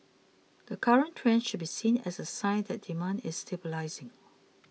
the current trend should be seen as a sign that demand is stabilising